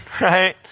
right